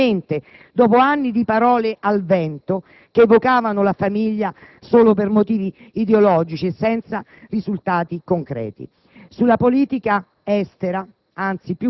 concretamente, dopo anni di parole al vento che evocavano la famiglia solo per motivi ideologici senza risultati concreti. Sulla politica estera,